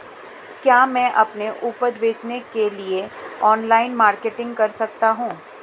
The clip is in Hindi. क्या मैं अपनी उपज बेचने के लिए ऑनलाइन मार्केटिंग कर सकता हूँ?